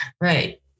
right